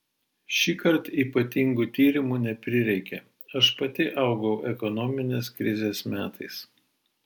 šįkart ypatingų tyrimų neprireikė aš pati augau ekonominės krizės metais